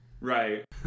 Right